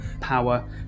power